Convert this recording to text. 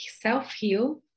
self-heal